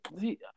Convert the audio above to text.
see